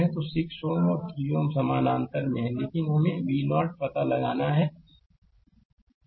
तो 6 Ω और 3 Ω वे समानांतर में हैं लेकिन हमें v 0 का पता लगाना है